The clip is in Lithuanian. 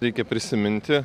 reikia prisiminti